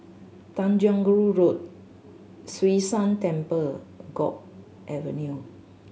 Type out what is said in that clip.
Tanjong Rhu Road Hwee San Temple Guok Avenue